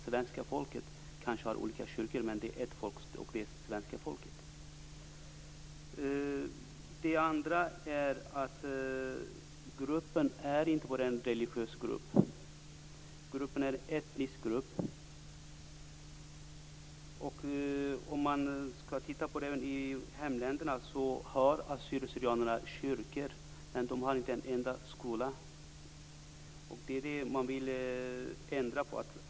Svenska folket kanske har olika kyrkor men det är ett folk, det svenska folket. Det andra är att gruppen inte bara är en religiös grupp. Det är en etnisk grupp. Om man skall titta på hemländerna så har assyrierna/syrianerna kyrkor, men de har inte en enda skola. Det är det man vill ändra på.